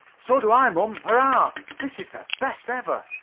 so do i, mom. hurrah! this is the best ever!